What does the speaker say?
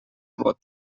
vot